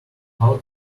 out